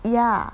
ya